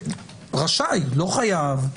הוא יהיה רשאי, לא חייב.